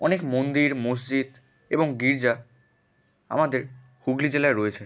অনেক মন্দির মসজিদ এবং গির্জা আমাদের হুগলি জেলায় রয়েছে